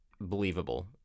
believable